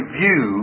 view